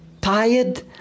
tired